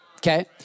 Okay